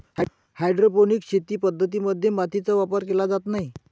hydroponic शेती पद्धतीं मध्ये मातीचा वापर केला जात नाही